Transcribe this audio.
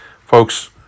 Folks